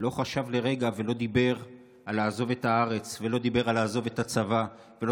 לא חשב לרגע ולא דיבר על לעזוב את הארץ ולא דיבר על לעזוב את הצבא ולא